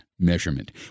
measurement